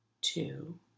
two